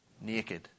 Naked